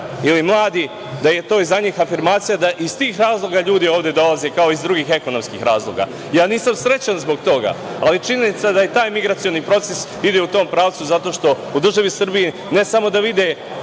ili mladi, da je to i za njih afirmacija, da iz tih razloga ljudi ovde dolaze, kao i iz drugih ekonomskih razloga. Nisam srećan zbog toga, ali činjenica je da i taj migracioni proces ide u tom pravcu, zato što u državi Srbiji ne samo da vide